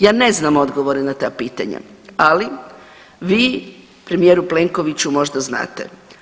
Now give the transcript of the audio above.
Ja ne znam odgovore na ta pitanja, ali vi, premijeru Plenkoviću, možda znate.